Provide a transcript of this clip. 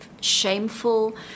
shameful